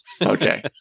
Okay